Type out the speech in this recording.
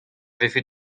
vefe